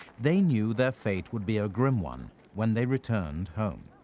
they knew their fate would be a grim one when they returned home.